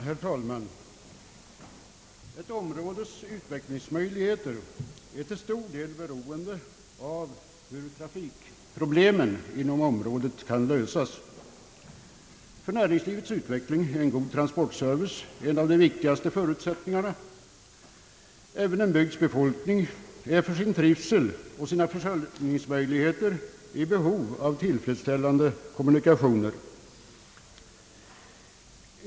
Herr talman! Ett områdes utvecklingsmöjligheter är till stor del beroende av hur trafikproblemen inom området kan lösas. För näringslivets utveckling är en god transportservice en av de viktigaste förutsättningarna. Även en bygds befolkning är för sin trivsel och sina försörjningsmöjligheter i behov av tillfredsställande kommunikationer.